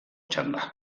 txanda